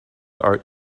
are